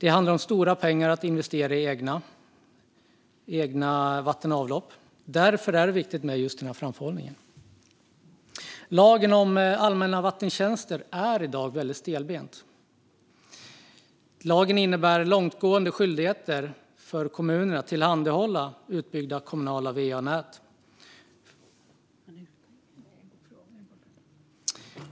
En investering i egen vatten och avloppsanläggning handlar om stora pengar, och därför är det viktigt med framförhållningen. Lagen om allmänna vattentjänster är i dag väldigt stelbent. Den innebär långtgående skyldigheter för kommunen att tillhandahålla utbyggda kommunala va-nät.